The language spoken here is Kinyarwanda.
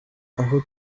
aho